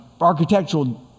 architectural